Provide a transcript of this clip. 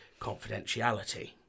Confidentiality